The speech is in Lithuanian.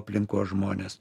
aplinkos žmonės